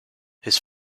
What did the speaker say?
his